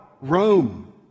Rome